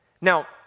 now